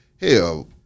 hell